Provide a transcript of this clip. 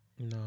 No